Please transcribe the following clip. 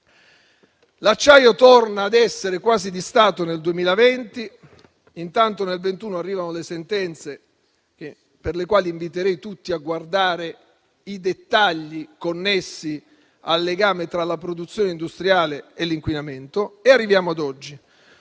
L'acciaio torna a essere quasi di Stato nel 2020. Intanto nel 2021 arrivano le sentenze, per le quali inviterei tutti a guardare i dettagli connessi al legame tra la produzione industriale e l'inquinamento. E arriviamo a oggi.